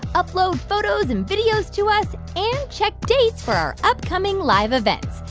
upload photos and videos to us and check dates for upcoming live events.